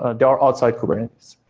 and are outside kubernetes.